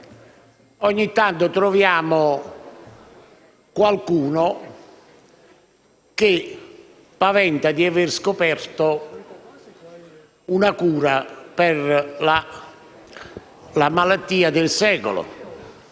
ogni tanto troviamo qualcuno che ventila la scoperta di una cura per la malattia del secolo,